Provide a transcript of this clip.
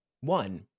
One